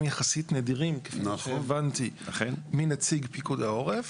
יחסית נדירים כפי שהבנתי מנציג פיקוד העורף,